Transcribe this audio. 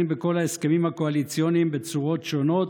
בכל ההסכמים הקואליציוניים בצורות שונות,